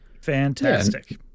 fantastic